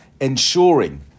ensuring